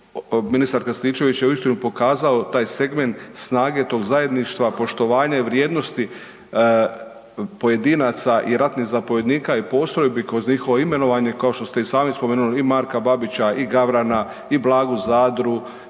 ministar Krstičević je uistinu pokazao taj segment snage tog zajedništva, poštovanje vrijednosti pojedinaca i ratnih zapovjednika i postrojbi kroz njihovo imenovanje, kao što ste i sami spomenuli i Marka Babića i Gavrana i Blagu Zadru